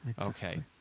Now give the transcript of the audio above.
okay